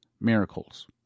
miracles